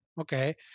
okay